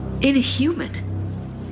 inhuman